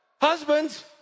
Husbands